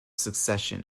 succession